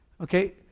Okay